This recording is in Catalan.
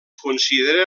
considera